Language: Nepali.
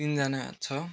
तिनजना छ